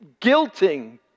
guilting